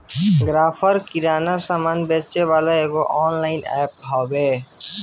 Grofer kirana के सामान बेचेवाला एगो ऑनलाइन एप्प हवे